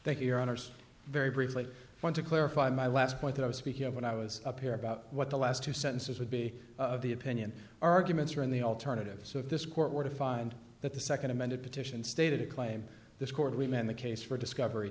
your honors very briefly want to clarify my last point that i was speaking of when i was up here about what the last two sentences would be of the opinion arguments or in the alternative so if this court were to find that the second amended petition stated a claim this court remained the case for discovery